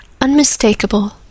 Unmistakable